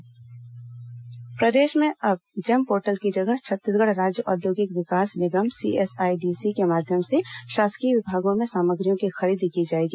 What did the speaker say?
CSIDC सामग्री खरीदी प्रदेश में अब जेम पोर्टल की जगह छत्तीसगढ़ राज्य औद्योगिक विकास निगम सीएसआईडीसी के माध्यम से शासकीय विभागों में सामग्रियों की खरीदी की जाएगी